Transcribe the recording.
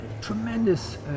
Tremendous